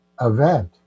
event